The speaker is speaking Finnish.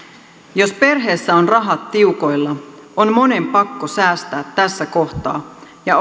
jos perheessä on rahat tiukoilla on monen pakko säästää tässä kohtaa ja